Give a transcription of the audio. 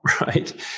right